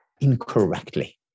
incorrectly